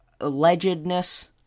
allegedness